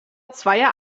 zweier